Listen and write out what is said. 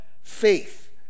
faith